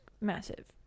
massive